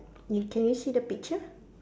you can you see the picture